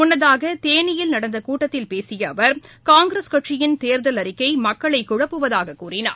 முன்னதாக தேனியில் நடந்தகூட்டத்தில் பேசியஅவர் காங்கிரஸ் கட்சியின் தேர்தல் அறிக்கைமக்களைகுழப்புவதாகக் கூறினார்